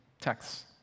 texts